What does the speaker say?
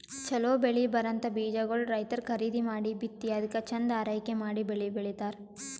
ಛಲೋ ಬೆಳಿ ಬರಂಥ ಬೀಜಾಗೋಳ್ ರೈತರ್ ಖರೀದಿ ಮಾಡಿ ಬಿತ್ತಿ ಅದ್ಕ ಚಂದ್ ಆರೈಕೆ ಮಾಡಿ ಬೆಳಿ ಬೆಳಿತಾರ್